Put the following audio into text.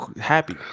Happy